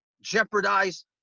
jeopardize